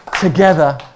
together